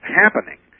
happening